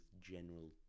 general